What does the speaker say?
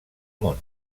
món